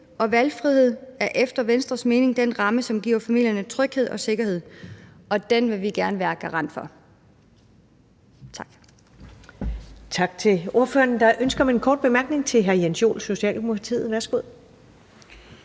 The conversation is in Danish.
og valgfrihed er efter Venstres mening den ramme, som giver familierne tryghed og sikkerhed, og den vil vi gerne være garant for. Tak.